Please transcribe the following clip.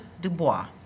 Dubois